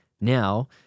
now